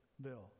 bill